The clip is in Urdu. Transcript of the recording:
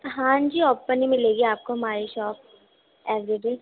ہاں جی اوپن ہی ملے گی آپ کو ہماری شاپ ایوری ڈے